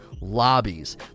Lobbies